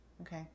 Okay